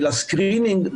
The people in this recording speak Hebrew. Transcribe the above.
לסקרינינג,